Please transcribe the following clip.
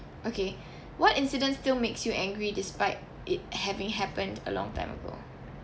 okay what incidents still makes you angry despite it having happened a long time ago